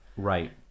Right